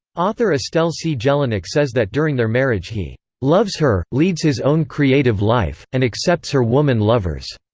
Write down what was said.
author estelle c. jelinek says that during their marriage he loves her, leads his own creative life, and accepts her woman lovers.